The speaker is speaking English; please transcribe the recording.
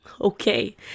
Okay